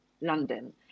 London